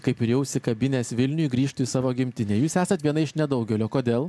kaip ir jau įsikabinęs vilniuj grįžtų į savo gimtinę jūs esat viena iš nedaugelio kodėl